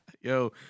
Yo